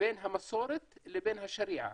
בין המסורת לבין השריעה,